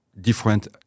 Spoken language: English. different